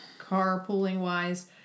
carpooling-wise